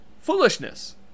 foolishness